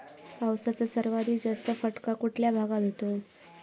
पावसाचा सर्वाधिक जास्त फटका कुठल्या भागात होतो?